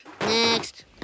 Next